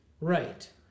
Right